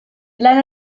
lan